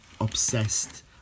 obsessed